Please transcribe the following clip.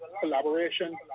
collaboration